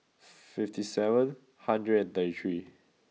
fifty seven hundred and thirty three